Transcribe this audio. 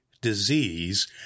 disease